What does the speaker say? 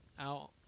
out